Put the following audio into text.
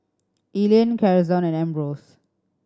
Elayne Karson and Ambrose